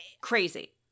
Crazy